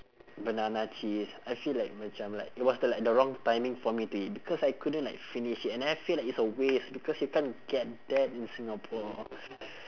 banana cheese I feel like macam like it was the like the wrong timing for me to eat because I couldn't like finish it and then I feel like it's a waste because you can't get that in singapore